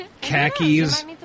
khakis